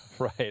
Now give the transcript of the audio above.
Right